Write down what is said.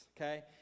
okay